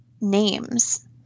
names